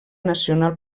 nacional